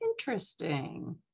Interesting